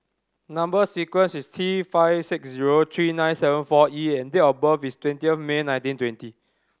number sequence is T five six zero three nine seven four E and date of birth is twenty of May nineteen twenty